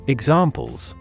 Examples